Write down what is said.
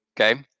Okay